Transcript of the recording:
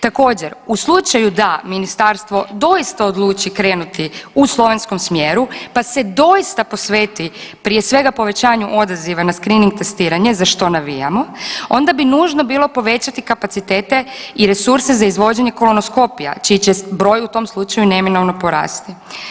Također u slučaju da ministarstvo dosita želi odlučiti krenuti u slovenskom smjeru pa se doista posveti prije svega povećanju odaziva na skrining testiranje za što navijamo onda bi nužno bilo povećati kapacitete i resurse za izvođenje kolanoskopija čiji će broj u tom slučaju neminovno porasti.